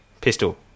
Pistol